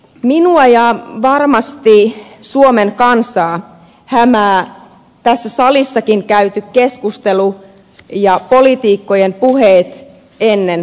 minua ja varmasti suomen kansaa hämäävät tässä salissakin käyty keskustelu ja poliitikkojen puheet ennen vaaleja